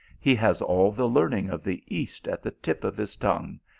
he has all the learning of the east at the tip of his tongue,